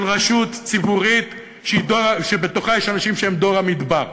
רשות ציבורית שבתוכה יש אנשים שהם דור המדבר.